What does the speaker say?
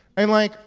and, like,